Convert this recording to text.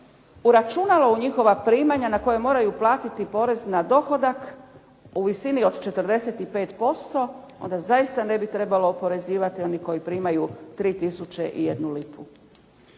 uračunalo u njihova primanja na koja moraju platiti porez na dohodak u visini od 45%, onda zaista ne bi trebalo oporezivati one koji primaju 3 000 i 1 lipu.